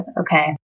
Okay